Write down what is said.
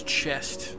chest